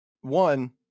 One